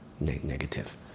negative